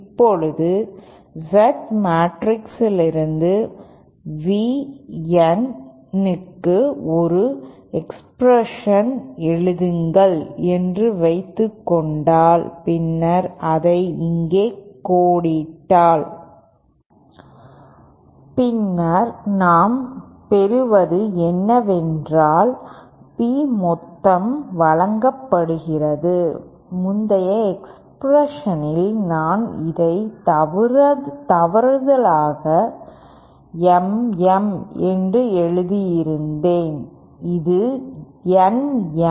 இப்போது Z மேட்ரிக்ஸிலிருந்து V N க்கு ஒரு எக்ஸ்பிரஷன் எழுதுங்கள் என்று வைத்துக் கொண்டால் பின்னர் அதை இங்கே கொடியிட்டால் பின்னர் நாம் பெறுவது என்னவென்றால் P மொத்தம் வழங்கப்படுகிறது முந்தைய எக்ஸ்பிரஷனில் நான் இதை தவறுதலாக Mm என்று எழுதியிருந்தேன் இது Nm